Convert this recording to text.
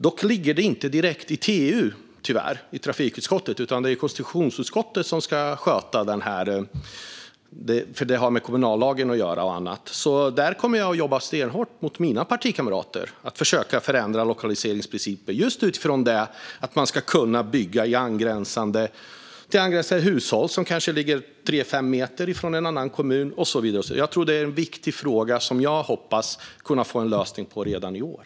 Dock ligger detta tyvärr inte direkt i TU, alltså trafikutskottet, utan det är konstitutionsutskottet som ska sköta det eftersom det har med kommunallagen och annat att göra. Jag kommer därför att jobba stenhårt gentemot mina partikamrater för att försöka förändra lokaliseringsprincipen, just utifrån att det ska gå att bygga i angränsande områden. Det kan handla om angränsande hushåll, som kanske ligger tre eller fem meter från en annan kommun, och så vidare. Jag tror att detta är en viktig fråga, och jag hoppas kunna få en lösning på den redan i år.